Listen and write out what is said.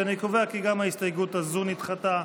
ואני קובע כי גם ההסתייגות הזו נדחתה.